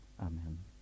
Amen